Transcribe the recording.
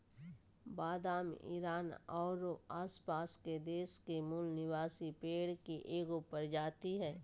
बादाम ईरान औरो आसपास के देश के मूल निवासी पेड़ के एगो प्रजाति हइ